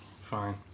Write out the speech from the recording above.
fine